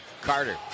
Carter